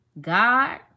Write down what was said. God